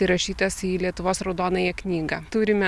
įrašytas į lietuvos raudonąją knygą turime